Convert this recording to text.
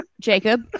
Jacob